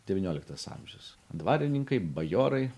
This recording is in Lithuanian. devynioliktas amžius dvarininkai bajorai